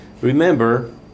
Remember